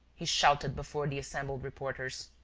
he shouted before the assembled reporters.